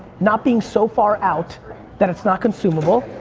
not being so far out that it's not consumable,